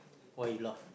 why you laugh